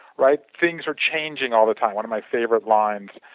right things are changing all the time. one of my favorite lines